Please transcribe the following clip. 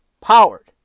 powered